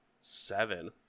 Seven